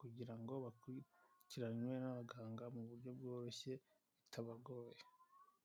kugira ngo bakurikiranywe n'abaganga mu buryo bworoshye bitabagoye.